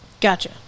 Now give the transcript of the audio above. Gotcha